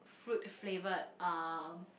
fruit flavoured um